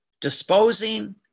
Disposing